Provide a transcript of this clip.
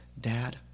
Dad